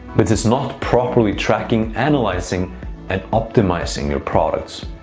which is not properly tracking, analyzing and optimizing your products.